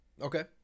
Okay